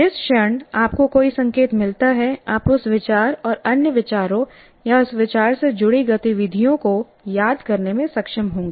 जिस क्षण आपको कोई संकेत मिलता है आप उस विचार और अन्य विचारों या उस विचार से जुड़ी गतिविधियों को याद करने में सक्षम होंगे